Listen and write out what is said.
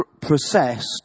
processed